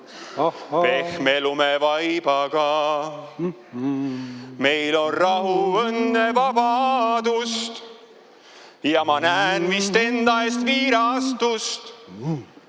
pehme lumevaibaga. Meil on rahu, õnne, vabadust ja ma näen vist enda ees viirastust.